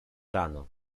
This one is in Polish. rano